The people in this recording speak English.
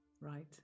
right